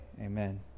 Amen